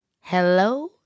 Hello